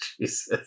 Jesus